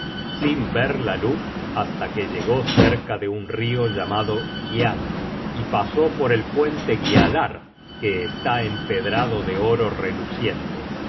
sin ver la luz hasta que llegó cerca de un rio llamado gial y pasó por el puente gialar que está empedrado de oro reluciente